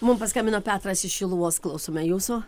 mum paskambino petras iš šiluvos klausome jūsų